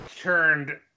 turned